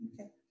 Okay